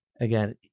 Again